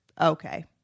okay